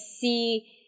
see